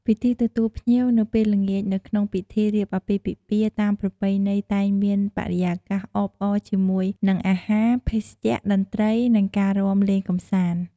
ពិធីទទួលភ្ញៀវនៅពេលល្ងាចនៅក្នុងពិធី រៀបអាពាហ៍ពិពាហ៍តាមប្រពៃណីតែងមានបរិយាកាសអបអរជាមួយ នឹងអាហារភេសជ្ជៈតន្ត្រីនិងការរាំលេងកំសាន្ត។